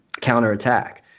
counterattack